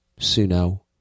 Suno